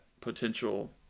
potential